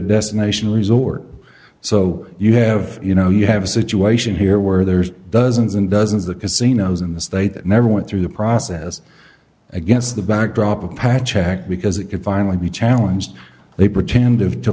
destination resort so you have you know you have a situation here where there's dozens and dozens of casinos in the state that never went through the process against the backdrop of patch act because it could finally be challenged they pretended to